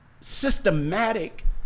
systematic